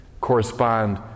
correspond